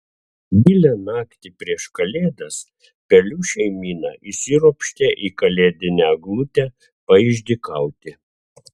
gilią naktį prieš kalėdas pelių šeimyna įsiropštė į kalėdinę eglutę paišdykauti